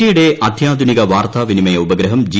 O ഇന്ത്യയുടെ അത്യാധുനിക വാർത്താ വിനിമയ ഉപഗ്രഹം ജി